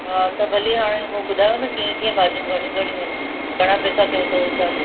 हा त भली हाणे मूं ॿुधायो न कीअं कीअं भाजि॒यूं घणी घणियूं आहिनि घणा पैसा कयो अथव हिसाबु